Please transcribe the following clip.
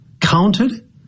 counted